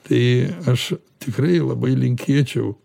tai aš tikrai labai linkėčiau